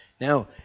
Now